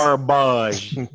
Garbage